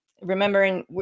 remembering